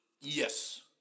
Yes